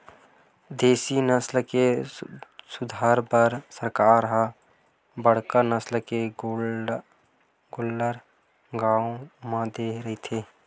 देसी नसल के सुधार बर ही सरकार ह बड़का नसल के गोल्लर गाँव म दे रहिथे